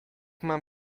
mam